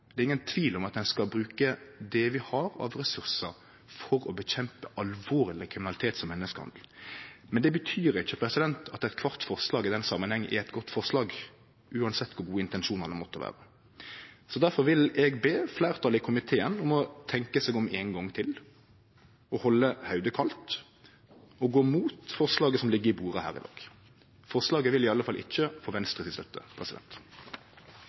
Det er ingen tvil om at ein skal bruke det ein har av ressursar for å motarbeide alvorleg kriminalitet, som menneskehandel. Men det betyr ikkje at alle forslag i den samanhengen er gode forslag, uansett kor gode intensjonane måtte vere. Difor vil eg be fleirtalet i komiteen om å tenkje seg om ein gong til, halde hovudet kaldt og gå imot forslaget som ligg på bordet her i dag. Forslaget vil i alle fall ikkje få Venstre si støtte.